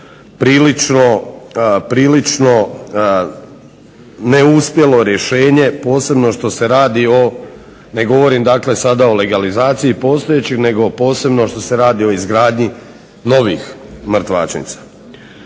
prilično neuspjelo rješenje, posebno što se radi o, ne govorim dakle sada o legalizaciji postojećih nego posebno što se radi o izgradnji novih mrtvačnica.